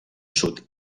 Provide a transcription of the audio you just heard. sud